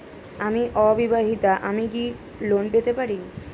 আমি অবিবাহিতা আমি কি লোন পেতে পারি?